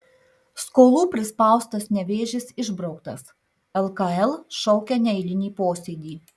skolų prispaustas nevėžis išbrauktas lkl šaukia neeilinį posėdį